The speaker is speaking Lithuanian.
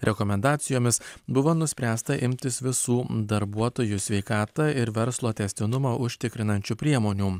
rekomendacijomis buvo nuspręsta imtis visų darbuotojų sveikatą ir verslo tęstinumą užtikrinančių priemonių